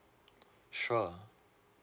sure